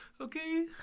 okay